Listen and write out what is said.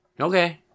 Okay